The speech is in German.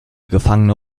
gefangene